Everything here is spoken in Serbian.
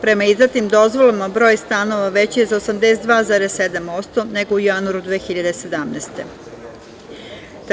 Prema izdatim dozvolama, broj stanova veći je za 82,7% nego u januaru 2017. godine.